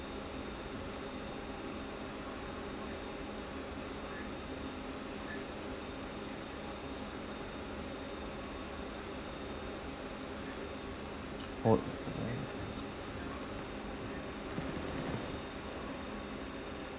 alright